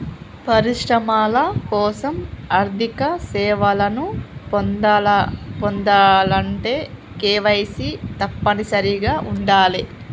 పరిశ్రమల కోసం ఆర్థిక సేవలను పొందాలంటే కేవైసీ తప్పనిసరిగా ఉండాలే